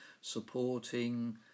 supporting